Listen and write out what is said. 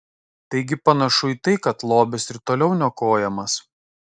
taigi panašu į tai kad lobis ir toliau niokojamas